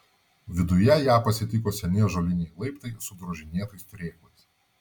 viduje ją pasitiko seni ąžuoliniai laiptai su drožinėtais turėklais